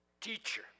teacher